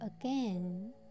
again